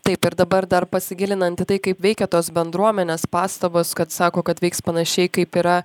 taip ir dabar dar pasigilinant į tai kaip veikia tos bendruomenės pastabos kad sako kad veiks panašiai kaip yra